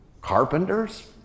Carpenters